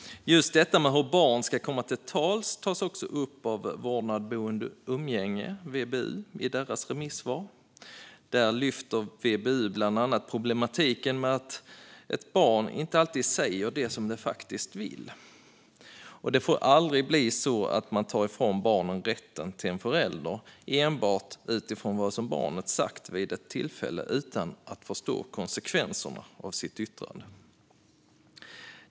Just detta med hur barn ska komma till tals tas också upp av Föreningen Vårdnad Boende Umgänge i Sverige, VBU, i deras remissvar. Där lyfter VBU bland annat fram problematiken med att barn inte alltid säger det som de faktiskt vill. Det får aldrig bli så att man tar ifrån barnen rätten till en förälder, enbart utifrån vad som barnet sagt vid ett tillfälle utan att förstå konsekvenserna av sitt yttrande.